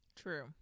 true